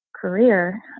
career